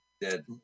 dead